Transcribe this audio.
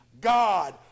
God